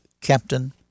captain